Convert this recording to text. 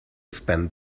spend